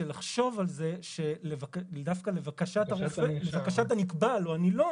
לחשוב על זה שדווקא לבקשת הנקבל או הנילון